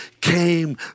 came